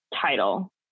title